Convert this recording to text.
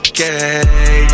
Okay